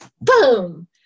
boom